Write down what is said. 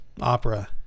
opera